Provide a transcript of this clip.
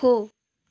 हो